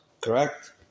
correct